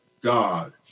God